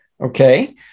okay